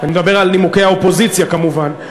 אני מדבר על נימוקי האופוזיציה כמובן,